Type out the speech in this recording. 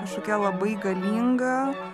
kažkokia labai galinga